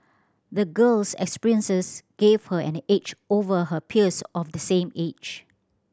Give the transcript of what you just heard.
the girl's experiences gave her an edge over her peers of the same age